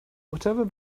whatever